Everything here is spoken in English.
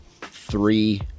three